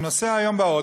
אני נוסע היום באוטו,